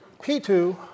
p2